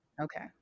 Okay